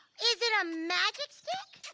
is it a magic stick?